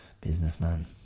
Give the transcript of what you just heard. businessman